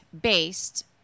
based